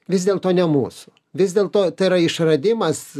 vis dėlto ne mūsų vis dėlto tai yra išradimas